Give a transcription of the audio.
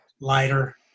lighter